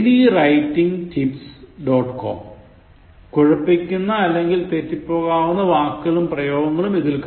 com കുഴപ്പിക്കുന്ന അല്ലെങ്ങിൽ തെറ്റിപ്പോകാവുന്ന വാക്കുകളും പ്രയോഗങ്ങളും ഇതിൽ കാണാം